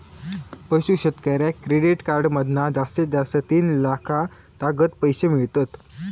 पशू शेतकऱ्याक credit card मधना जास्तीत जास्त तीन लाखातागत पैशे मिळतत